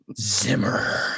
zimmer